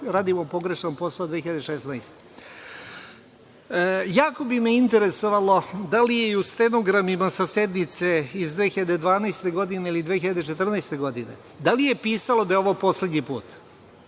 radimo pogrešan posao 2016.Jako bi me interesovalo da li je i u stenogramima sa sednice iz 2012. godine ili 2014. godine, da li je pisalo da je ovo poslednji put?